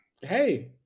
hey